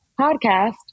Podcast